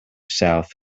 south